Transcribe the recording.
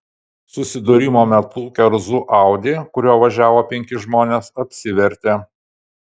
susidūrimo metu kerzų audi kuriuo važiavo penki žmonės apsivertė